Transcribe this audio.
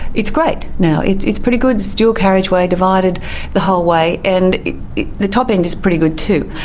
it's great now. it's it's pretty good it's dual carriageway, divided the whole way and the top end is pretty good too.